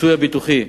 הכיסוי הביטוחי,